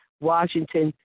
Washington